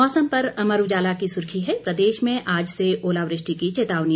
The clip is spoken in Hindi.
मौसम पर अमर उजाला की सुर्खी है प्रदेश में आज से ओलावृष्टि की चेतावनी